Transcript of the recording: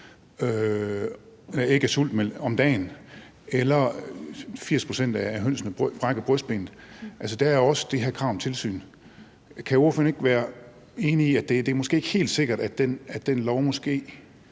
smågrise om dagen, og 80 pct. af hønsene brækker brystbenet, hvor der altså også er det her krav om tilsyn. Kan ordføreren ikke være enig i, at det måske ikke er helt sikkert, at det krav om